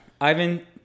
Ivan